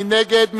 מי נגד?